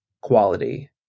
quality